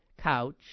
couch